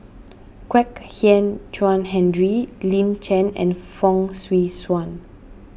Kwek Hian Chuan Henry Lin Chen and Fong Swee Suan